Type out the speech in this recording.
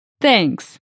Thanks